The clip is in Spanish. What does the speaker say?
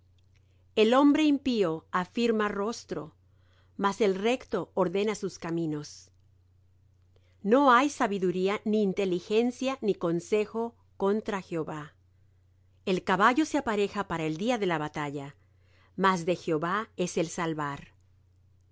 el hombre impío afirma rostro mas el recto ordena sus caminos no hay sabiduría ni inteligencia ni consejo contra jehová el caballo se apareja para el día de la batalla mas de jehová es el salvar de